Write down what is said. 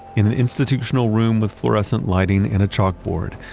in an institutional room with fluorescent lighting and a chalkboard.